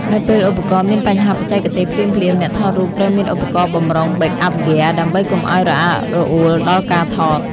នៅពេលឧបករណ៍មានបញ្ហាបច្ចេកទេសភ្លាមៗ អ្នកថតរូបត្រូវមានឧបករណ៍បម្រុង (Backup Gear) ដើម្បីកុំឱ្យរអាក់រអួលដល់ការថត។